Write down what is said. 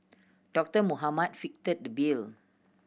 Doctor Mohamed fitted the bill